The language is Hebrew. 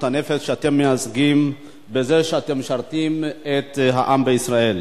הנפש שאתם מייצגים בזה שאתם משרתים את העם בישראל.